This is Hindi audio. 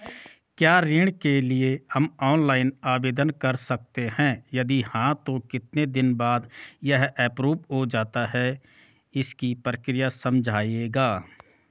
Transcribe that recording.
क्या ऋण के लिए हम ऑनलाइन आवेदन कर सकते हैं यदि हाँ तो कितने दिन बाद यह एप्रूव हो जाता है इसकी प्रक्रिया समझाइएगा?